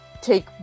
take